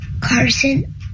Carson